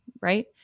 Right